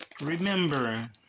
Remember